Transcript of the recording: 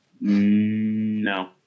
No